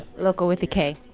loko with a k